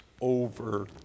over